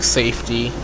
safety